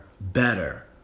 better